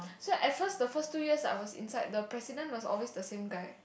so at first the first two years I was inside the president was always the same guy